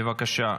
בבקשה.